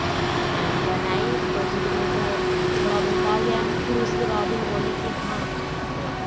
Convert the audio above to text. बनाई तो धीरे धीरे तो थोड़ा बहुत आ गया फिर उसके बाद में बोली की हाँ